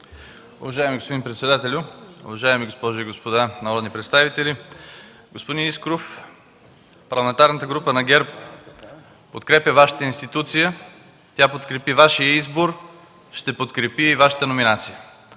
Уважаеми господин председател, уважаеми госпожи и господа народни представители! Господин Искров, Парламентарната група на ГЕРБ подкрепя Вашата институция, тя подкрепи Вашия избор, ще подкрепи и Вашата номинация.